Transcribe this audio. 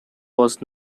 was